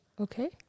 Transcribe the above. Okay